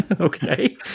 Okay